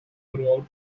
throughout